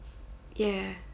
yeah